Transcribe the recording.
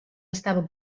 estava